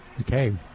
Okay